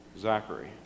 Zachary